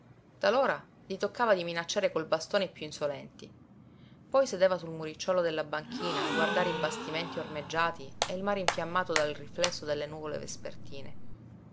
talora gli toccava di minacciare col bastone i piú insolenti poi sedeva sul muricciuolo della banchina a guardare i bastimenti ormeggiati e il mare infiammato dal riflesso delle nuvole vespertine